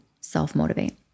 self-motivate